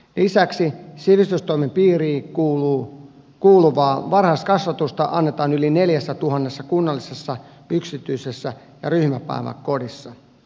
lisäksi sivistystoimen piiriin kuuluvaa varhaiskasvatusta annetaan yli neljässä tuhannessa kunnallisessa yksityisessä ja ryhmäpäiväkodissa